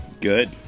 Good